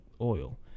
oil